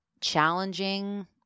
challenging